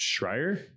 Schreier